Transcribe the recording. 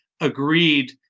agreed